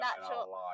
natural